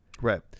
right